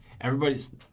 everybody's